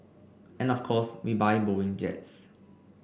and of course we buy Boeing jets